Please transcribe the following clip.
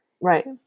Right